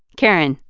karen,